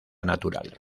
natural